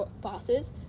bosses